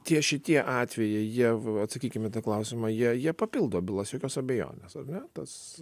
tie šitie atvejai jie atsakykim į tą klausimą jie jie papildo bylas jokios abejonės ane tas